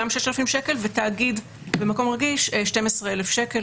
3,000 שקלים ותאגיד במקום רגיש 12,000 שקל.